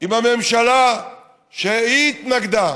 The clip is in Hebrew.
עם הממשלה הוא שהיא התנגדה,